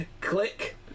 Click